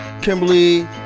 Kimberly